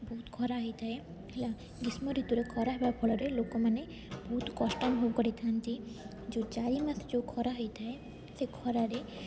ବହୁତ ଖରା ହୋଇଥାଏ ହେଲା ଗ୍ରୀଷ୍ମ ଋତୁରେ ଖରା ହେବା ଫଳରେ ଲୋକମାନେ ବହୁତ କଷ୍ଟ ଅନୁଭବ କରିଥାନ୍ତି ଯେଉଁ ଚାରି ମାସ ଯୋଉ ଖରା ହୋଇଥାଏ ସେ ଖରାରେ